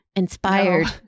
inspired